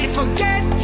forget